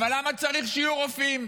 אבל למה צריך שיהיו רופאים?